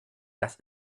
das